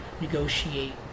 negotiate